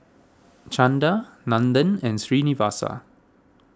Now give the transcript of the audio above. Chanda Nandan and Srinivasa